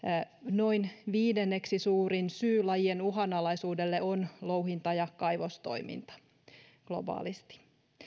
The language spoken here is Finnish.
noin viidenneksi suurin syy lajien uhanalaisuudelle on louhinta ja kaivostoiminta globaalisti